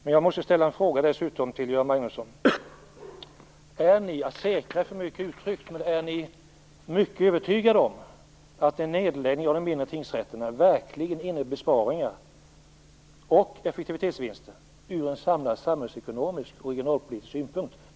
Jag måste dessutom ställa en fråga till Göran Magnusson: Säkra är för mycket sagt, men är ni mycket övertygade om att en nedläggning av de mindre tingsrätterna verkligen innebär besparingar och effektivitetsvinster från en samlad samhällsekonomiskt och regionalpolitisk synpunkt?